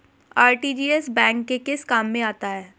RTGS bank के किस काम में आता है?